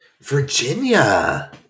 Virginia